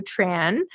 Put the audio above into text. Tran